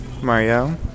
Mario